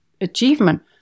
achievement